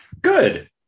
good